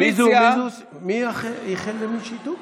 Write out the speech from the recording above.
מי איחל למי שיתוק?